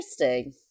Interesting